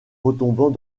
retombant